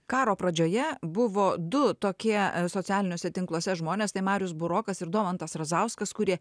karo pradžioje buvo du tokie socialiniuose tinkluose žmonės tai marius burokas ir domantas razauskas kurie